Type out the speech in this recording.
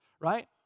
right